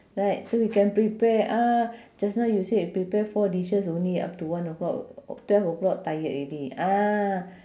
right so we can prepare ah just now you say prepare four dishes only up to one o'clock twelve o'clock tired already ah